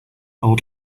old